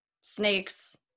snakes